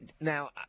Now